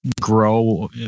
grow